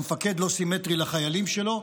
המפקד לא סימטרי לחיילים שלו,